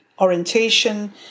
orientation